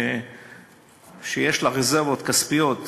שיש להם רזרבות כספיות